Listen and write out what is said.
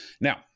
Now